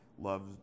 loves